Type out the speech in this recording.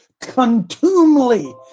contumely